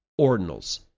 ordinals